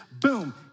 boom